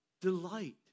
delight